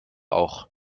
auch